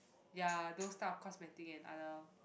ya those type of cosmetics and other